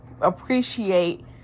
appreciate